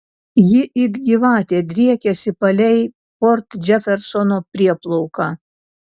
ji it gyvatė driekiasi palei port džefersono prieplauką